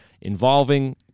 involving